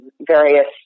various